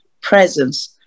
presence